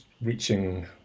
reaching